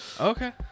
Okay